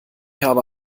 habe